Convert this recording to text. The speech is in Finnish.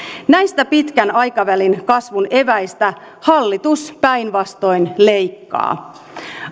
näistä pitkän aikavälin kasvun eväistä hallitus päinvastoin leikkaa